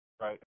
right